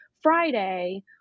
Friday